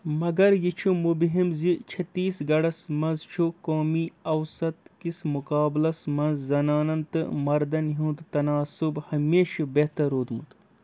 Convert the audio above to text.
مگر یہِ چھُ مُبہِم زِ چھٕتیٖس گڑھَس منٛز چھُ قومی اوسط کِس مُقابلَس منٛز زنانَن تہٕ مردَن ہُنٛد تناصُب ہمیشہِ بہتر روٗدمُت